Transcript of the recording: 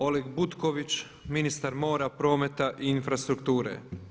Oleg Butković, ministar mora, prometa i infrastrukture.